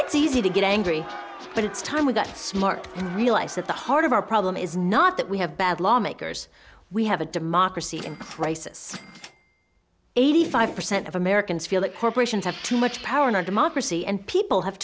it's easy to get angry but it's time we got smart and realize that the heart of our problem is not that we have bad lawmakers we have a democracy in crisis eighty five percent of americans feel that corporations have too much power in our democracy and people have